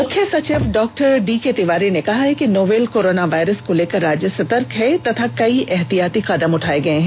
मुख्य सचिव डॉ डीके तिवारी ने कहा कि नोवेल कोरोना वायरस को लेकर राज्य सतर्क है तथा कई एहतियाती कदम उठाए गए हैं